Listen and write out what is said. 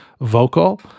vocal